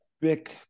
big